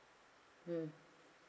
hmm